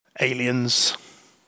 Aliens